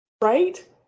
right